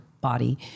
body